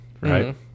right